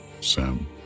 Sam